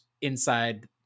inside